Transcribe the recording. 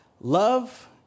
love